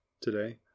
today